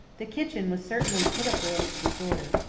the kitchen was certainly pitiful in its disorder.